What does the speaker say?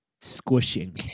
Squishing